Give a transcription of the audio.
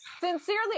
sincerely